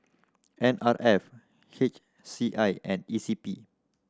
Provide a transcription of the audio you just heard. N R F H C I and E C P